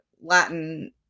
Latin